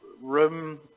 room